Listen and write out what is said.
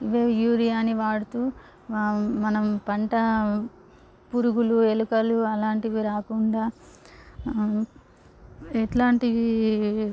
మేము యూరియాని వాడుతూ మనం పంట పురుగులు ఎలుకలు అలాంటివి రాకుండా ఎట్లాంటివి